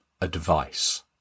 advice